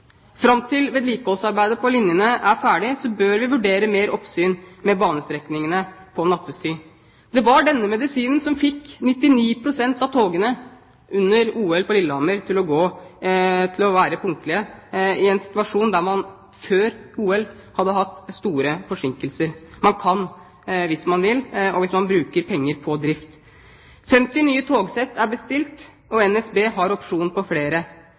Fram til vedlikeholdsarbeidet på linjene er ferdig, bør vi vurdere mer oppsyn med banestrekningene på nattetid. Det var denne medisinen som gjorde at 99 pst. av togene under OL på Lillehammer var punktlige, i en situasjon der man før OL hadde store forsinkelser. Man kan hvis man vil – og hvis man bruker penger på drift! 50 nye togsett er bestilt, og NSB har opsjon på flere.